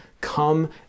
Come